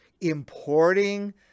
importing